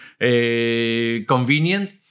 convenient